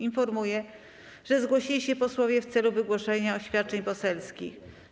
Informuję, że zgłosili się posłowie w celu wygłoszenia oświadczeń poselskich.